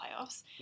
playoffs